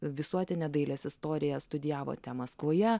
visuotinę dailės istoriją studijavote maskvoje